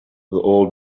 old